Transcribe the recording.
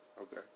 Okay